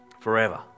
forever